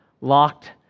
locked